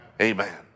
Amen